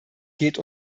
geht